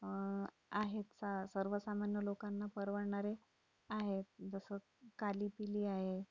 आहेत स सर्वसामान्य लोकांना परवडणारे आहेत जसं कालीपिली आहे